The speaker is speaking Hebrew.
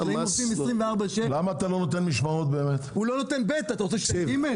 הוא לא נותן ב' אתה רוצה שייתן ג'?